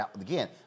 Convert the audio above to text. again